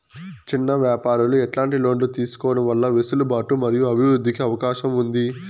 చిన్న వ్యాపారాలు ఎట్లాంటి లోన్లు తీసుకోవడం వల్ల వెసులుబాటు మరియు అభివృద్ధి కి అవకాశం ఉంది?